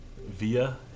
via